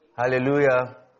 Hallelujah